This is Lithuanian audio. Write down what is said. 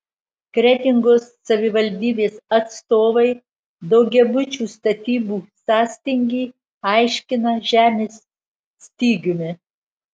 kretingos savivaldybės atstovai daugiabučių statybų sąstingį aiškina žemės stygiumi